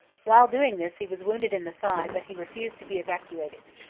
while doing this he was wounded in the thigh but he refused to be evacuated.